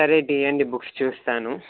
సరే తీయండి బుక్స్ చూస్తాను